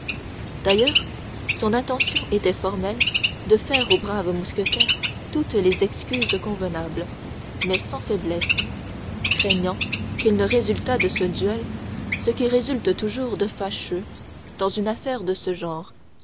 d'ailleurs son intention était formelle de faire au brave mousquetaire toutes les excuses convenables mais sans faiblesse craignant qu'il ne résultât de ce duel ce qui résulte toujours de fâcheux dans une affaire de ce genre